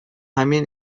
همین